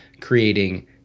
creating